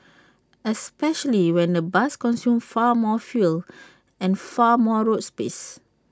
especially when A bus consumes far more fuel and far more road space